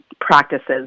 practices